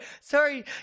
sorry